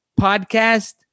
podcast